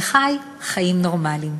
וחי חיים נורמליים.